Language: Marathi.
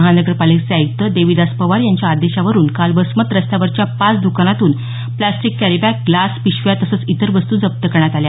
महानगरपालिकेचे आयुक्त देविदास पवार यांच्या आदेशावरून काल वसमत रस्त्यावरच्या पाच दुकानातून प्लास्टीक कॅरीबॅग ग्लास पिशव्या तसंच इतर वस्तू जप्त करण्यात आल्या